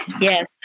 Yes